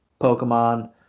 Pokemon